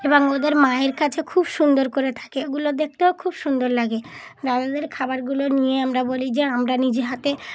এবং ওদের মায়ের কাছে খুব সুন্দর করে থাকে ওগুলো দেখতেও খুব সুন্দর লাগে দাদাদের খাবারগুলো নিয়ে আমরা বলি যে আমরা নিজে হাতে